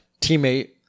teammate